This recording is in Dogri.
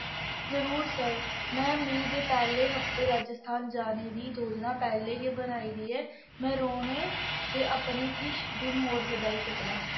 जरूर सर में मेई दे पैह्ले हफ्ते राजस्थान जाने दी जोजना पैह्लें गै बनाई दी ऐ में रौह्ने दे अपने किश दिन होर बधाई सकनां